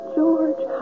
George